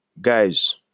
guys